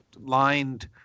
lined